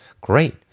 Great